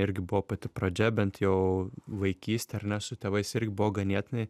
irgi buvo pati pradžia bent jau vaikystė ar ne su tėvais irgi buvo ganėtinai